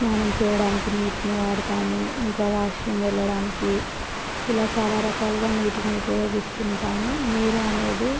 స్నానం చెయ్యడానికి నీటిని వాడుతాము ఇంకా వాష్రూమ్ వెళ్ళడానికి ఇలా చాలా రకాలుగా నీటిని ఉపయోగిస్తుంటాము నీరు అనేది